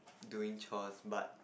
doing chores but